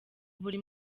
buri